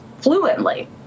fluently